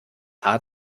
haar